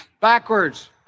backwards